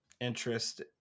interest